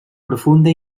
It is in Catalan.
profunda